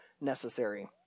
necessary